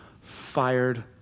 fired